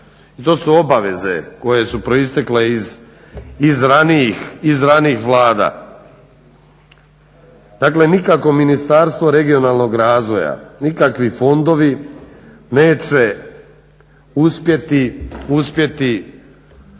To su obaveze koje su proistekle iz ranijih Vlada. Dakle, nikakvo Ministarstvo regionalnog razvoja, nikakvi fondovi neće uspjeti